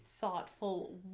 thoughtful